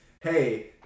hey